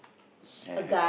and have